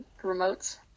remotes